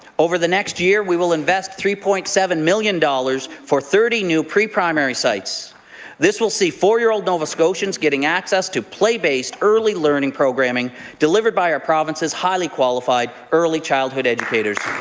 over the next year, we lynn and vest three point seven million dollars for thirty new preprimary sites this. will see four year old nova scotians getting access to play-based early learning programming delivered by our province's highly qualified early childhood educators.